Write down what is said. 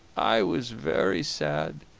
i was very sad,